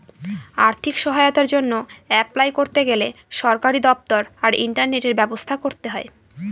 আর্থিক সহায়তার জন্য অ্যাপলাই করতে গেলে সরকারি দপ্তর আর ইন্টারনেটের ব্যবস্থা করতে হয়